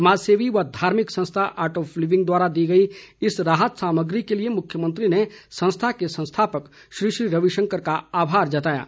समाज सेवी व धार्मिक संस्था आर्ट ऑफ लिविंग द्वारा दी गई इस राहत सामग्री के लिए मुख्यमंत्री ने संस्था के स्थापक श्री श्री रविशंकर का आभार जताया है